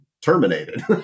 terminated